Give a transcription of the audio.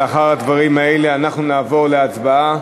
לאחר הדברים האלה אנחנו נעבור להצבעה.